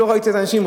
ולא ראיתי את האנשים,